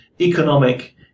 economic